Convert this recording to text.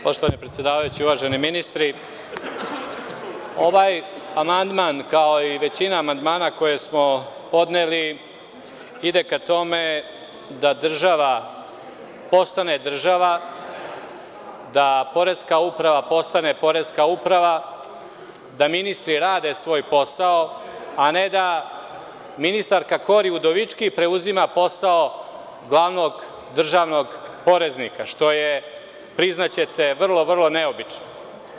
Poštovani predsedavajući, uvaženi ministri, ovaj amandman, kao i većina amandmana koje smo podneli, ide ka tome da država postane država, da poreska uprava postane poreska uprava, da ministri rade svoj posao, a ne da ministarka Kori Udovički preuzima posao glavnog državnog poreznika što je, priznaćete, vrlo, vrlo neobično.